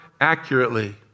accurately